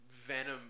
venom